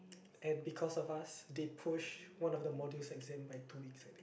and because of us they pushed one of the modules exam by two weeks i think